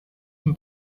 dem